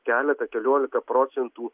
keletą keliolika procentų